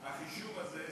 החישוב הזה הוא